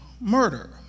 murder